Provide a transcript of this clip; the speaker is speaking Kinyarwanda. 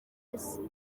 isi